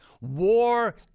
War